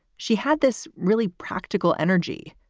she had this really practical energy.